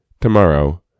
Tomorrow